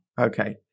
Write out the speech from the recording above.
Okay